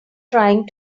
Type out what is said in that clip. trying